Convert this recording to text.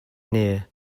near